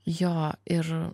jo ir